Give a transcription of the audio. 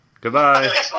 Goodbye